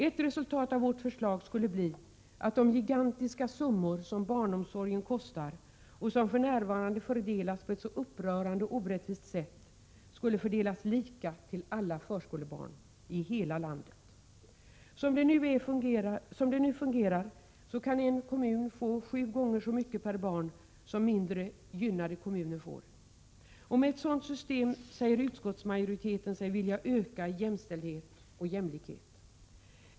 Ett resultat av vårt förslag skulle bli att de gigantiska summor som barnomsorgen kostar och som för närvarande fördelas på ett så upprörande orättvist sätt, skulle fördelas lika till alla förskolebarn i hela landet. Som det nu fungerar kan en kommun få sju gånger mer per barn än mindre gynnade kommuner. Med ett sådant system säger utskottsmajoriteten sig vilja öka jämställdheten och jämlikheten.